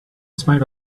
spite